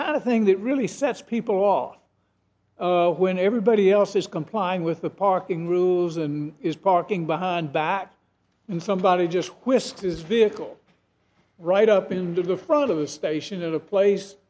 kind of thing that really sets people off when everybody else is complying with the parking rules and is parking behind backs and somebody just whisked his vehicle right up into the front of the station at a place